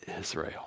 Israel